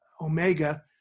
Omega